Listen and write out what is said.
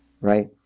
right